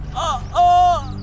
oh,